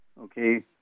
okay